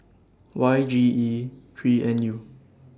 Y G E three N U